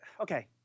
Okay